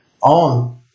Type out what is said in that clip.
on